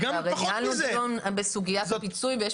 הרי ניהלנו דיון בסוגיית הפיצוי ויש